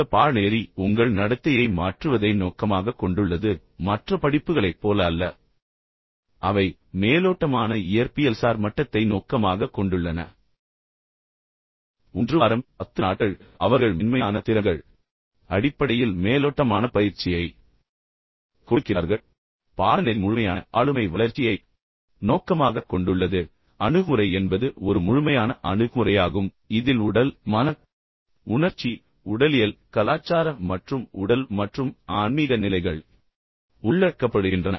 இந்த பாடநெறி உங்கள் நடத்தையை மாற்றுவதை நோக்கமாகக் கொண்டுள்ளது மற்ற படிப்புகளைப் போல அல்ல அவை சில கார்ப்பரேட் அலுவலகங்கள் பணிக்கு விண்ணப்பிப்பவர்களுக்கு பயிற்சி அளிப்பது போன்ற மிக மேலோட்டமான இயற்பியல்சார் மட்டத்தை நோக்கமாகக் கொண்டுள்ளன வெறும் 1 வாரம் 10 நாட்கள் மற்றும் பின்னர் அவர்கள் மென்மையான திறன்கள் அடிப்படையில் மேலோட்டமான பயிற்சியை கொடுக்கிறார்கள் இப்போது இங்கே பாடநெறி முழுமையான ஆளுமை வளர்ச்சியை நோக்கமாகக் கொண்டுள்ளது மற்றும் அணுகுமுறை என்பது ஒரு முழுமையான அணுகுமுறையாகும் இதில் உடல் மன உணர்ச்சி உடலியல் கலாச்சார மற்றும் உடல் மற்றும் ஆன்மீக நிலைகள் உள்ளடக்கப்படுகின்றன